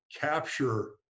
capture